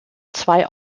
zwei